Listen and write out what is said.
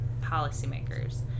policymakers